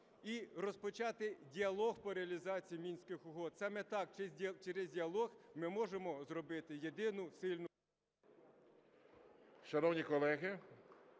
і розпочати діалог по реалізації Мінських угод. Саме так, через діалог ми можемо зробити єдину сильну…